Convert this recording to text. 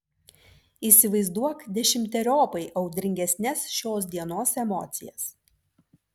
įsivaizduok dešimteriopai audringesnes šios dienos emocijas